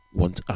want